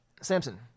Samson